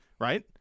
right